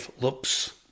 looks